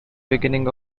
beginning